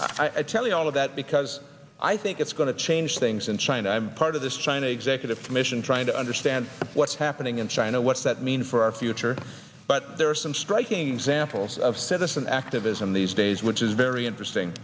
now i tell you all of that because i think it's going to change things in china i'm part of this china executive commission trying to understand what's happening in china what's that mean for our future but there are some striking examples of citizen activism these days which is very interesting